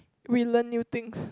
we learn new things